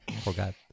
forgot